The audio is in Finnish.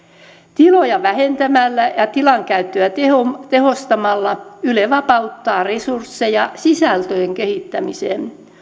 tiloja vähentämällä ja tilankäyttöä tehostamalla tehostamalla yle vapauttaa resursseja sisältöjen kehittämiseen